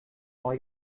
neu